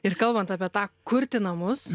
ir kalbant apie tą kurti namus